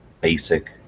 basic